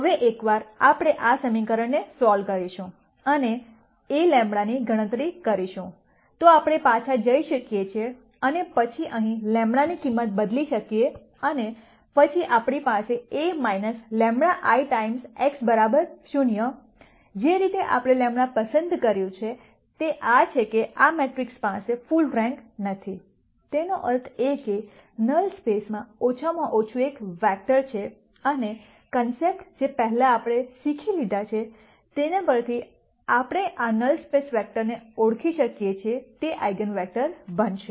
હવે એકવાર આપણે આ સમીકરણને સોલ્વ કરીશું અને એ A λ ની ગણતરી કરીશું તો આપણે પાછા જઈ શકીએ અને પછી અહીં λ ની કિંમત બદલી શકીએ અને પછી આપણી પાસે A λ I ટાઈમ્સ x 0 જે રીતે આપણે λ પસંદ કર્યું છે તે આ છે કે આ મેટ્રિક્સ પાસે ફૂલ રેન્ક નથી તેનો અર્થ એ કે નલ સ્પેસમાં ઓછામાં ઓછું એક વેક્ટર છે અને કોન્સેપ્ટ જે પહેલાં આપણે શીખી લીધા છે તેના પર થી આપણે આ નલ સ્પેસ વેક્ટરને ઓળખી શકીએ તે આઇગનવેક્ટર બનશે